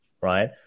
Right